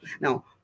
Now